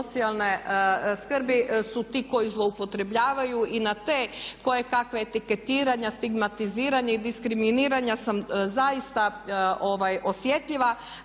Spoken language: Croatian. socijalne skrbi su ti koji zloupotrebljavaju i na te kojekakve etiketiranja, stigmatiziranja i diskriminiranja sam zaista osjetljiva